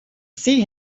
see